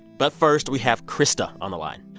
but first, we have krista on the line.